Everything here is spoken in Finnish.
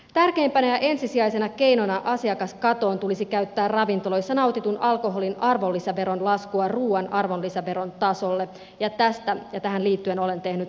tärkeimpänä ja ensisijaisena keinona asiakaskatoon tulisi käyttää ravintoloissa nautitun alkoholin arvonlisäveron laskua ruuan arvonlisäveron tasolle ja tästä ja tähän liittyen olen tehnyt lakialoitteen